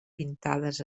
pintades